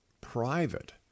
private